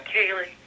Kaylee